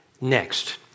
next